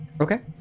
Okay